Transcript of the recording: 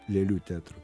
lėlių teatru